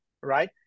Right